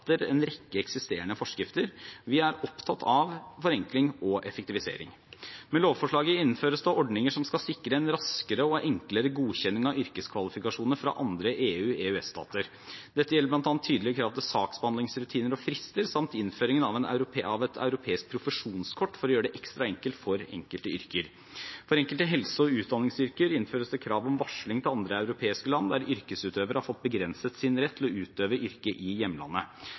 en rekke eksisterende forskrifter. Vi er opptatt av forenkling og effektivisering. Med lovforslaget innføres det ordninger som skal sikre en raskere og enklere godkjenning av yrkeskvalifikasjoner fra andre EU- og EØS-stater. Dette gjelder bl.a. tydelige krav til saksbehandlingsrutiner og frister samt innføring av et europeisk profesjonskort, for å gjøre det ekstra enkelt for enkelte yrker. For enkelte helse- og utdanningsyrker innføres det krav om varsling til andre europeiske land når yrkesutøvere har fått begrenset sin rett til å utøve yrket i hjemlandet.